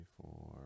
four